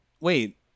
wait